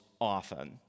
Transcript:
often